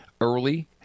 early